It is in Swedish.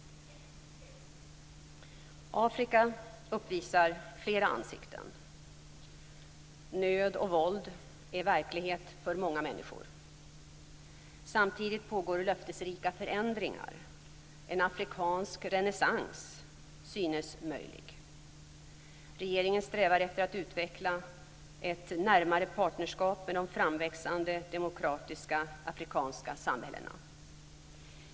Afrika uppvisar flera ansikten. Nöd och våld är verklighet för många människor. Samtidigt pågår löftesrika förändringar. En afrikansk renässans synes möjlig. Regeringen strävar efter att utveckla ett närmare partnerskap med de framväxande demokratiska afrikanska samhällena.